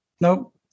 nope